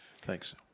Thanks